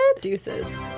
deuces